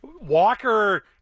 Walker –